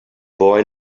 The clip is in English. boy